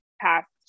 past